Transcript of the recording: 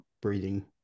breathing